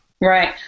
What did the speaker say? Right